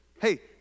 hey